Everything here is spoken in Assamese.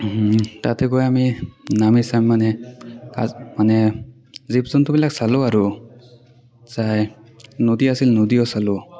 তাতে গৈ আমি নামি চাই মানে তাত মানে জীৱ জন্তুবিলাক চালোঁ আৰু চাই নদী আছিল নদীও চালোঁ